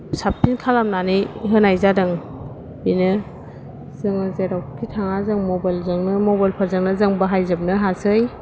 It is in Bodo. साबसिन खालामनानै होनाय जादों बेनो जोङो जेरावखि थाङा जों मबाइलजोंनो मबाइलफोरजोंनो बाहायजोबनो हासै